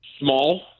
small